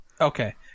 okay